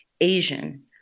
Asian